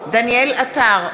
דניאל עטר,